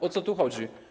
O co tu chodzi?